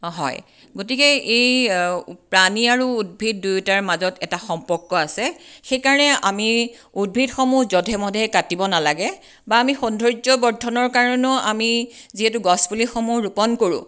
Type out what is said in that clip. হয় গতিকে এই প্ৰাণী আৰু উদ্ভিদ দুয়োটাৰ মাজত এটা সম্পৰ্ক আছে সেইকাৰণে আমি উদ্ভিদসমূহ যধে মধে কাটিব নালাগে বা আমি সৌন্দৰ্য বৰ্ধনৰ কাৰণেও আমি যিহেতু গছপুলিসমূহ ৰোপণ কৰোঁ